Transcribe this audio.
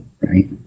Right